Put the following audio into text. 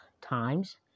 times